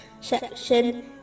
section